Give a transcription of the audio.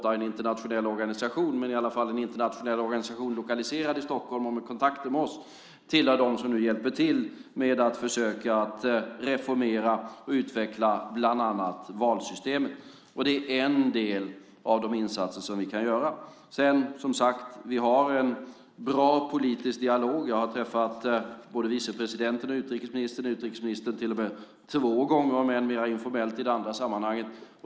Det är en internationell organisation som är lokaliserad i Stockholm och har kontakter med oss. Idea tillhör dem som nu hjälper till med att försöka reformera och utveckla bland annat valsystemet. Det är en del av de insatser vi kan göra. Som sagt har vi en bra politisk dialog. Jag har träffat både vicepresidenten och utrikesministern - utrikesministern till och med två gånger, om än mer informellt i det andra sammanhanget.